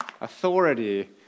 Authority